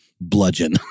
bludgeon